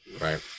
Right